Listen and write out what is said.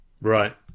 Right